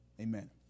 amen